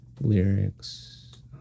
lyrics